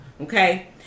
Okay